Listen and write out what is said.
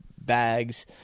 bags